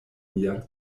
lian